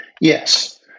Yes